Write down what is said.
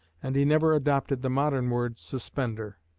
and he never adopted the modern word suspender.